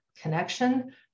connection